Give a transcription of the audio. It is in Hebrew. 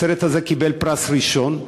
הסרט הזה קיבל פרס ראשון,